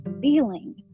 feeling